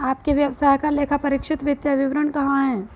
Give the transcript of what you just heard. आपके व्यवसाय का लेखापरीक्षित वित्तीय विवरण कहाँ है?